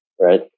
right